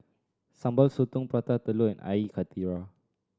Sambal Sotong Prata Telur and Air Karthira